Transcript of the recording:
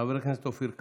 חבר הכנסת אופיר כץ.